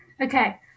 Okay